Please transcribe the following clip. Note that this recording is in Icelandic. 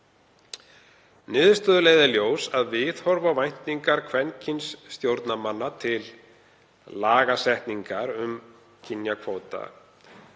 Niðurstöður leiða í ljós að viðhorf og væntingar kvenkyns stjórnarmanna til lagasetningar um kynjakvóta